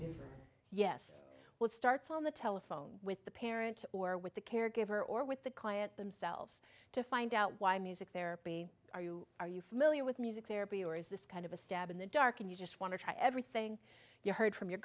think yes what starts on the telephone with the parent or with the caregiver or with the client themselves to find out why music therapy are you are you familiar with music therapy or is this kind of a stab in the dark and you just want to try everything you heard from your